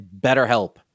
BetterHelp